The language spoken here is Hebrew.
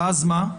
ואז מה?